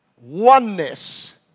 oneness